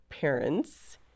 Parents